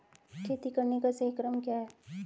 खेती करने का सही क्रम क्या है?